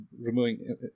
removing